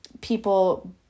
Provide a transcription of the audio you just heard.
people